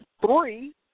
three